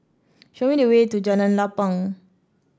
show me the way to Jalan Lapang